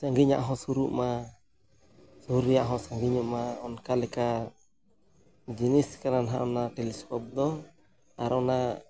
ᱥᱟᱺᱜᱤᱧᱟᱜ ᱦᱚᱸ ᱥᱩᱨᱩᱜ ᱢᱟ ᱥᱩᱨ ᱨᱮᱭᱟᱜ ᱦᱚᱸ ᱥᱟᱺᱜᱤᱧᱚᱜ ᱢᱟ ᱚᱱᱟ ᱞᱮᱠᱟ ᱡᱤᱱᱤᱥ ᱠᱟᱱᱟ ᱱᱟᱦᱟᱸᱜ ᱚᱱᱟ ᱴᱮᱞᱤᱥᱠᱳᱯ ᱫᱚ ᱟᱨ ᱚᱱᱟ